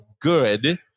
good